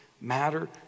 matter